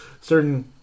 Certain